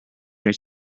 nüüd